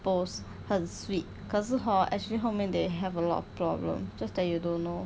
post 很 sweet 可是 hor actually 后面 they have a lot of problem just that you don't know